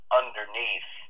underneath